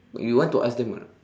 you want to ask them or not